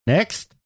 Next